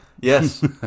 Yes